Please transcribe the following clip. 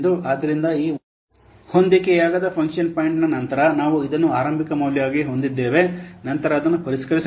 ಆದ್ದರಿಂದ ಈ ಹೊಂದಾಣಿಕೆಯಾಗದ ಫಂಕ್ಷನ್ ಪಾಯಿಂಟ್ನ ನಂತರ ನಾವು ಇದನ್ನು ಆರಂಭಿಕ ಮೌಲ್ಯವಾಗಿ ಹೊಂದಿದ್ದೇವೆ ನಂತರ ಅದನ್ನು ಪರಿಷ್ಕರಿಸಬಹುದು